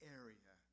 area